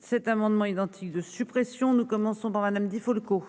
cet amendements identiques de suppression. Nous commençons par madame Di Folco.